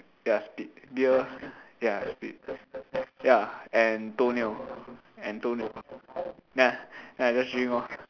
yah spit beer ya spit ya and toenail and toenail then I then I just drink lor